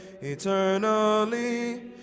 eternally